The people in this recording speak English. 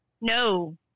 No